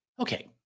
Okay